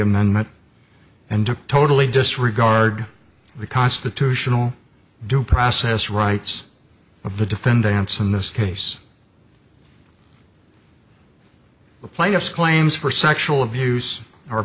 amendment and took totally disregard the constitutional due process rights of the defendants in this case the plaintiffs claims for sexual abuse